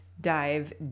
dive